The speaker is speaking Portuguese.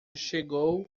chegou